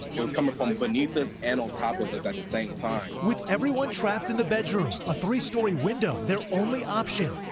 it was coming from beneath us and top of us at the same time. reporter with everyone trapped in the bedroom, a three-story window their only option,